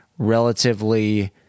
relatively